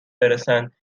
برسند